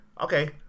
Okay